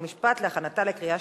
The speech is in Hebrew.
חוק ומשפט נתקבלה.